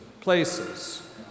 places